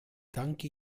danke